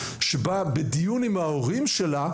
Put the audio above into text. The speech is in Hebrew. שבה בדיון ההורים שלה,